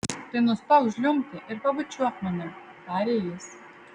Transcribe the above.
tai nustok žliumbti ir pabučiuok mane tarė jis